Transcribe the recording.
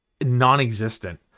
non-existent